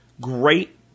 great